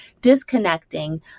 disconnecting